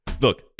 look